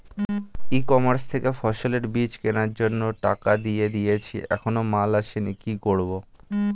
ই commerce থেকে ফসলের বীজ কেনার জন্য টাকা দিয়ে দিয়েছি এখনো মাল আসেনি কি করব?